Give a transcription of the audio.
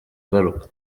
agaruka